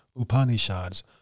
Upanishads